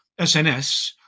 SNS